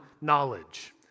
knowledge